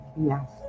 Yes